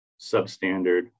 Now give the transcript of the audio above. substandard